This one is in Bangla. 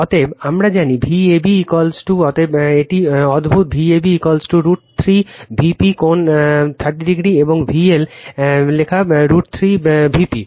অতএব আমরা জানি Vab অতএব এটিও উদ্ভূত Vab √ 3 Vp কোণ 30o এবং VL লেখা √ 3 Vp